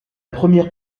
première